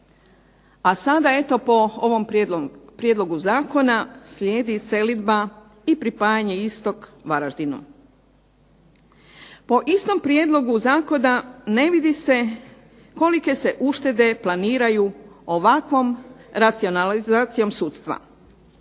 a sada eto po ovom prijedlogu zakona slijedi selidba i pripajanje istog Varaždinu. Po istom prijedlogu zakona ne vidi se kolike se uštede planiraju ovakvom racionalizacijom sudstva.